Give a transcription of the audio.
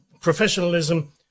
professionalism